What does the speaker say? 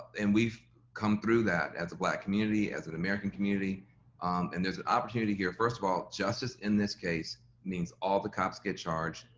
and we've come through that as a black community, as an american community and there's an opportunity here, first of all, justice in this case means all the cops get charged,